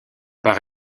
par